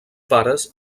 pares